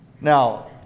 Now